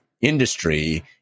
industry